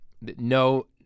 no –